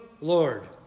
Lord